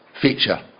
feature